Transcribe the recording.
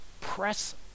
press